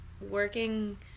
working